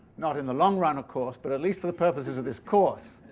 not in the long run of course but at least for the purposes of this course.